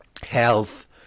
health